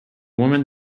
woman